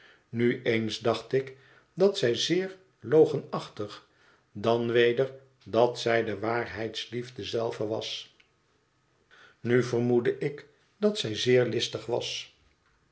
nu eens dacht ik dat zij zeer logenachtig dan weder dat zij de waarheidsliefde zelve was nu vermoedde ik dat zij zeer listig was